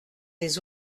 des